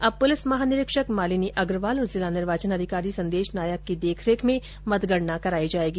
अब पुलिस महानिरीक्षक मालिनी अग्रवाल और जिला निर्वाचन अधिकारी संदेश नायक की देखरेख में मतगणना कराई जायेगी